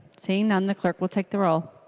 seeing none the clerk will take the roll.